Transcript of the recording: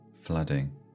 flooding